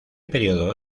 período